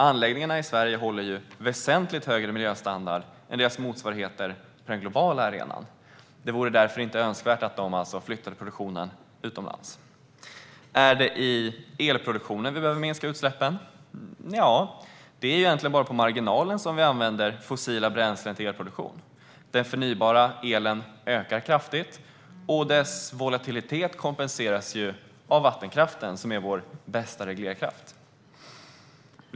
Anläggningarna i Sverige håller väsentligt högre miljöstandard än sina motsvarigheter på den globala arenan. Det vore därför inte önskvärt att den produktionen flyttade utomlands. Är det i elproduktionen som vi behöver minska utsläppen? Nja, det är egentligen bara på marginalen som vi använder fossila bränslen till elproduktion. Den förnybara elen ökar kraftigt, och dess volatilitet kompenseras ju av vattenkraften som är vår bästa reglerkraft.